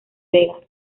vegas